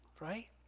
right